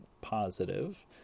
positive